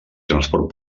transport